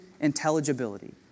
intelligibility